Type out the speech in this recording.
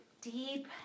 deep